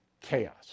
chaos